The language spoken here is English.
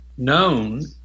known